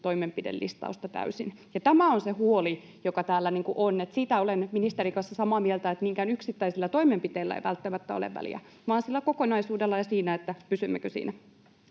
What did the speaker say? toimenpidelistausta täysin. Tämä on se huoli, joka täällä on. Siitä olen ministerin kanssa samaa mieltä, että niinkään yksittäisillä toimenpiteillä ei välttämättä ole väliä vaan sillä kokonaisuudella ja siinä, että pysymmekö siinä.